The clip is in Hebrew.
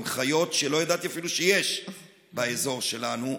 עם חיות שלא ידעתי אפילו שיש באזור שלנו.